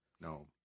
No